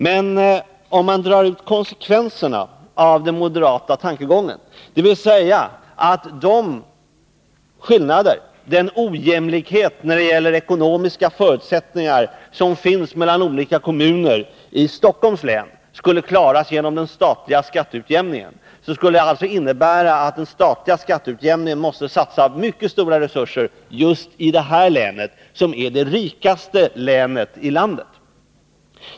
Men om man drar ut konsekvenserna av den moderata tankegången — att den ojämlikhet beträffande de ekonomiska förutsättningarna som finns mellan olika kommuner i Stockholms län skulle klaras genom den vanliga skatteutjämningen — skulle den statliga skatteutjämningen tvingas till en mycket stor satsning just i det län som är det rikaste i landet.